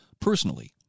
personally